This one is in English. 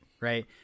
right